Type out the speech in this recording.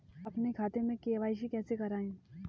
अपने खाते में के.वाई.सी कैसे कराएँ?